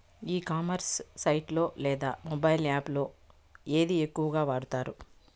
ఈ commerce site లో లేదా మొబైల్ యాప్ లో ఏది ఎక్కువగా వాడుతారు?